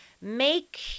make